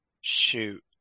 Shoot